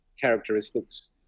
characteristics